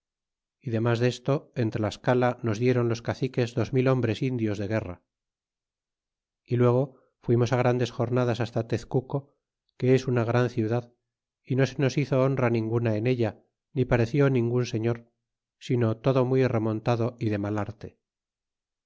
y demas desto en tlascala nos dieron los caciques dos mil hombres indios de guerra y luego fuimos grandes jornadas hasta tezcuco que es una gran ciudad y no se nos hizo honra ninguna en ella ni pareció ningun señor sino todo muy remontado y de mal arte